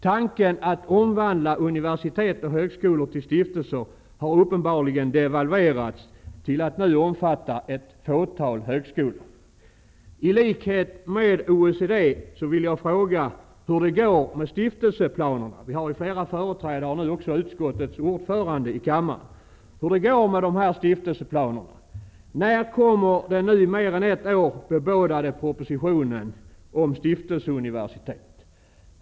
Tanken att omvandla universitet och högskolor till stiftelser har uppenbarligen devalverats till att nu omfatta ett fåtal högskolor. I likhet med OECD vill jag fråga hur går det med stiftelseplanerna. Vi har ju flera företrädare för regeringspartierna i kammaren, nu också utskottets ordförande. När kommer den nu i mer än ett år bebådade propositionen om stiftelseuniversitet?